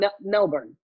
melbourne